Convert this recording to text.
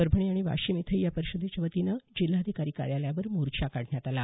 परभणी वाशिम इथंही या परिषदेच्या वतीनं जिल्हाधिकारी कार्यालयावर मोर्चा काढण्यात आला